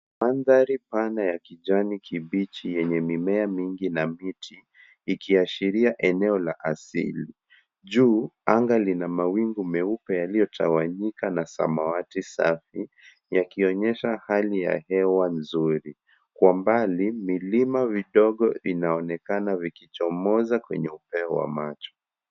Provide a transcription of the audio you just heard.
Mnadhai pana ya kijani kibichi yenye mimea mingi na miti ikiashiria eneo la asili. Juu anga lina mawingu meupe yaliyotawanyika na samawati safi yakionyesha hali ya hewa nzuri. Kwa mbali milima vidogo inaonekana vikichomoza kwenye upeo wa macho.